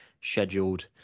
scheduled